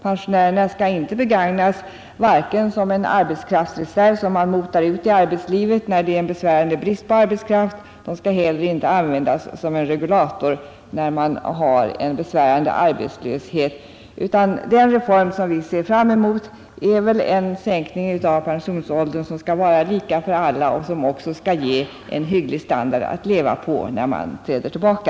Pensionärerna skall inte begagnas som en arbetskraftsreserv som man motar ut i arbetslivet när det är en besvärande brist på arbetskraft, men de skall inte heller användas som en regulator när man har en besvärande arbetslöshet. Den reform som vi ser fram emot är en sänkning av pensionsåldern som skall vara lika för alla och som också skall ge en hygglig standard att leva på när man träder tillbaka.